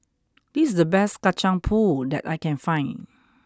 this is the best kacang pool that I can find